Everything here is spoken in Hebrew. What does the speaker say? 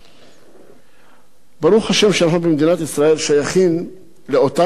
ברוך השם שאנחנו במדינת ישראל שייכים לאותן מדינות שחולקות